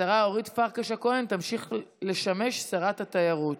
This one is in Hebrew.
השרה אורית פרקש הכהן תמשיך לשמש שרת התיירות.